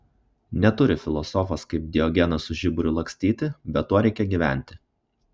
neturi filosofas kaip diogenas su žiburiu lakstyti bet tuo reikia gyventi